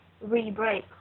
re-break